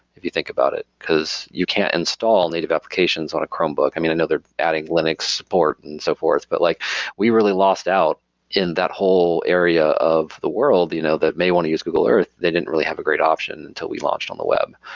if you think about it, because you can't install native applications on a chromebook. i mean, i know they're adding linux support, and so forth but like we really lost out in that whole area of the world you know that may want to use google earth. they didn't really have a great option, until we launched on the web.